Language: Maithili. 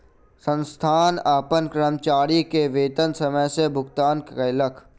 संस्थान अपन कर्मचारी के वेतन समय सॅ भुगतान कयलक